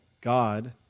God